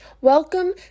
Welcome